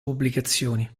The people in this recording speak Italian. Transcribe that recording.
pubblicazioni